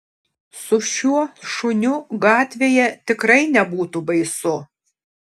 su šiuo šuniu gatvėje tikrai nebūtų baisu